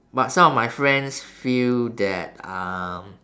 but some of my friends feel that um